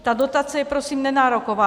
Ta dotace je prosím nenároková.